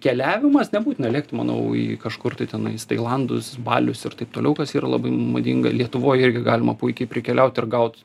keliavimas nebūtina lėkti manau į kažkur tai tenais tailandus balius ir taip toliau kas yra labai madinga lietuvoj irgi galima puikiai prikeliaut ir gaut